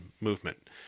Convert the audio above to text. movement